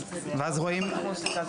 זה